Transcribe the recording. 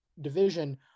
division